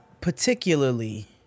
particularly